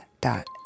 dot